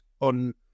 on